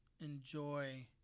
enjoy